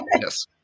Yes